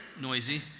noisy